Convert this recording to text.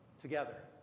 together